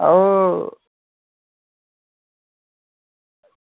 आओ